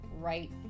right